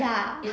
ya